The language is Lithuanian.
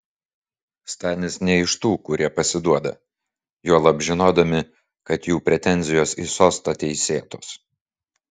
stanis ne iš tų kurie pasiduoda juolab žinodami kad jų pretenzijos į sostą teisėtos